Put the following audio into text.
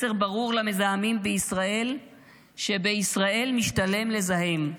מסר ברור למזהמים בישראל שבישראל משתלם לזהם.